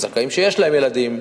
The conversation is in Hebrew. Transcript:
זכאים שיש להם ילדים,